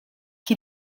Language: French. qui